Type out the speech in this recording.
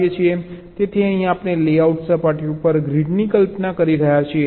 તેથી અહીં આપણે લેઆઉટ સપાટી ઉપર ગ્રીડની કલ્પના કરી રહ્યા છીએ